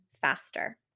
faster